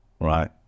right